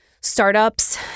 startups